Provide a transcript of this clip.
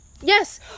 yes